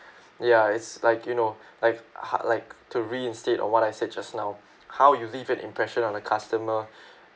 ya it's like you know like how~ like to reinstate of what I said just now how you leave an impression on a customer